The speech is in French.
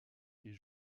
est